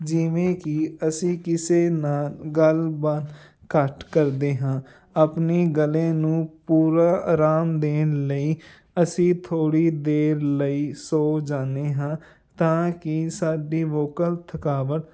ਜਿਵੇਂ ਕਿ ਅਸੀਂ ਕਿਸੇ ਨਾਲ ਗੱਲਬਾਤ ਘੱਟ ਕਰਦੇ ਹਾਂ ਆਪਣੀ ਗਲੇ ਨੂੰ ਪੂਰਾ ਆਰਾਮ ਦੇਣ ਲਈ ਅਸੀਂ ਥੋੜ੍ਹੀ ਦੇਰ ਲਈ ਸੋ ਜਾਦੇ ਹਾਂ ਤਾਂ ਕਿ ਸਾਡੀ ਵੋਕਲ ਥਕਾਵਟ